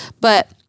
But-